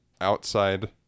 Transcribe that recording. outside